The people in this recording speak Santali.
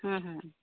ᱦᱮᱸ ᱦᱮᱸ